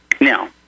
Now